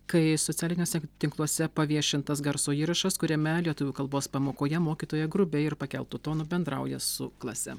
kai socialiniuose tinkluose paviešintas garso įrašas kuriame lietuvių kalbos pamokoje mokytoja grubiai ir pakeltu tonu bendrauja su klase